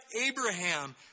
Abraham